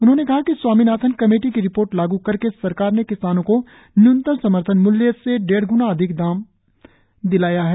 उन्होंने कहा कि स्वामीनाथन कमेटी की रिपोर्ट लागू करके सरकार ने किसानों को न्यूनतम समर्थन मूल्य से डेढ़ गुना अधिक दाम दिलाया है